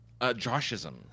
Joshism